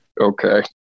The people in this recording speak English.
okay